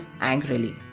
angrily